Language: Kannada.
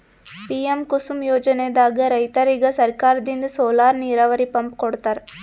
ಪಿಎಂ ಕುಸುಮ್ ಯೋಜನೆದಾಗ್ ರೈತರಿಗ್ ಸರ್ಕಾರದಿಂದ್ ಸೋಲಾರ್ ನೀರಾವರಿ ಪಂಪ್ ಕೊಡ್ತಾರ